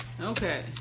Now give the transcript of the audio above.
Okay